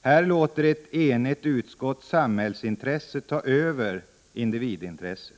Här låter ett enigt utskott samhällsintresset ta över individintresset.